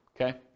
Okay